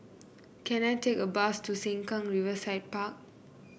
can I take a bus to Sengkang Riverside Park